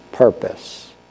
purpose